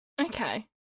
Okay